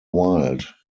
wild